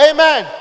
Amen